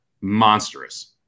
monstrous